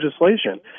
legislation